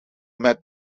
met